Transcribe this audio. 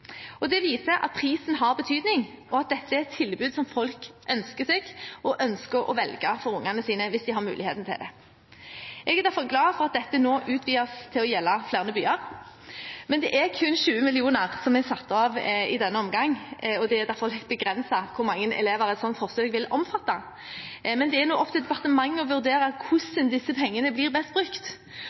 viser at prisen har betydning, og at dette er et tilbud som folk ønsker seg, og ønsker å velge for barna sine hvis de har muligheten til det. Jeg er derfor glad for at dette nå utvides til å gjelde flere byer. Men det er kun 20 mill. kr som er satt av i denne omgang. Det er derfor litt begrenset hvor mange elever et sånt forsøk vil omfatte, men det blir opp til departementet å vurdere hvordan disse pengene blir best brukt.